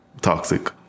toxic